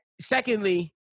secondly